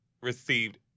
received